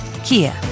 Kia